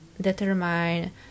determine